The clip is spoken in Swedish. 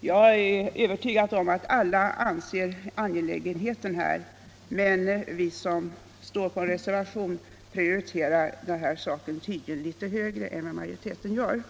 Jag är övertygad om att alla inser angelägenheten av att åtgärder vidtas, men vi som reserverat oss prioriterar tydligen detta litet mer än majoriteten gör.